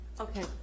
okay